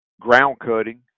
ground-cutting